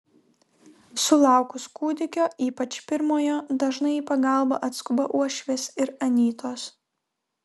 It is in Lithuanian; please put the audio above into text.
sulaukus kūdikio ypač pirmojo dažnai į pagalbą atskuba uošvės ir anytos